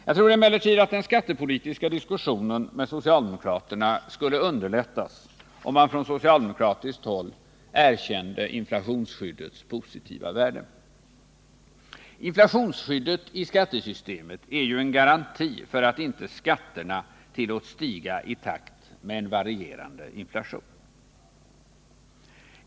Jag tror emellertid att den skattepolitiska diskussionen med socialdemokraterna skulle underlättas, om man från socialdemokratiskt håll erkände inflationsskyddets positiva värde. Inflationsskyddet i skattesystemet är ju en garanti för att inte skatterna tillåts stiga i takt med en varierande inflation.